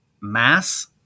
mass